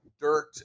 dirt